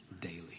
daily